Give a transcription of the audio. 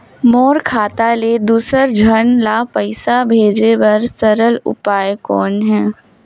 मोर खाता ले दुसर झन ल पईसा भेजे बर सरल उपाय कौन हे?